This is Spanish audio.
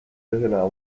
lesionado